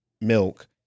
milk